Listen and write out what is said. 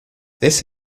this